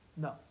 No